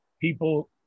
People